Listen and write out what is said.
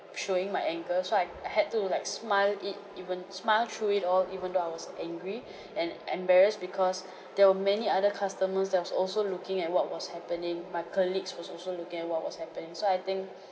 showing my anger so I had to like smile it even smile through it all even though I was angry and embarrassed because there were many other customers that's also looking at what was happening my colleagues was also looking at what was happening so I think